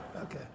okay